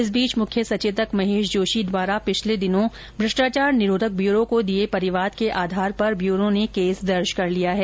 इस बीच मुख्य सचेतक महेश जोशी द्वारा पिछले दिनों भ्रष्टाचार निरोधक ब्यूरो को दिए परिवाद के आधार पर ब्यूरो ने केस दर्ज कर लिया है